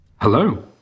Hello